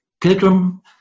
pilgrim